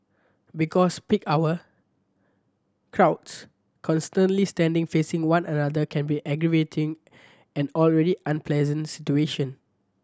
because peak hour crowds constantly standing facing one another can be aggravating an already unpleasant situation